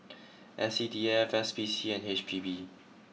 S C D F S P C and H P B